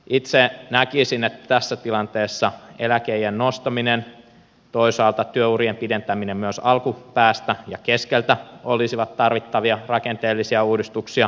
itse näkisin että tässä tilanteessa eläkeiän nostaminen toisaalta työurien pidentäminen myös alkupäästä ja keskeltä olisivat tarvittavia rakenteellisia uudistuksia